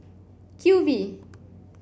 Q V